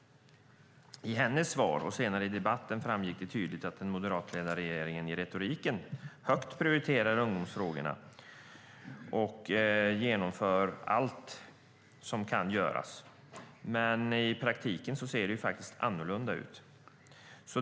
I hennes svar och senare i debatten framgick det tydligt att den moderatledda regeringen i retoriken högt prioriterar ungdomsfrågorna och genomför allt som kan göras. Men i praktiken ser det annorlunda ut.